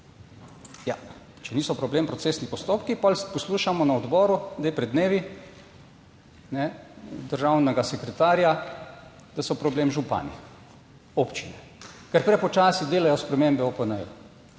če niso problem procesni postopki, potem poslušamo na odboru, da je pred dnevi ne državnega sekretarja, da so problem župani, občine, ker prepočasi delajo spremembe OPN.